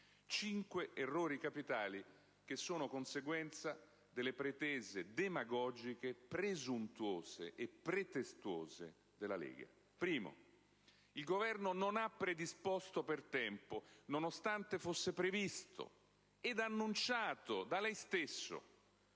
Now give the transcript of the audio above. Cinque errori capitali che sono conseguenza delle pretese demagogiche, presuntuose e pretestuose della Lega. Primo. Il Governo non ha predisposto per tempo - nonostante fosse previsto ed annunciato da lei stesso,